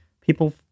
people